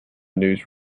news